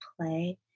play